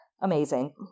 amazing